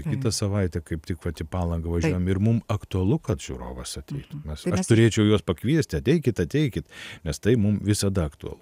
na ir kitą savaitę kaip tik vat į palangą važiuojam ir mum aktualu kad žiūrovas atvyktų aš turėčiau juos pakviesti ateikit ateikit nes tai mum visada aktualu